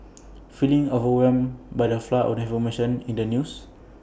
feeling overwhelmed by the flood of information in the news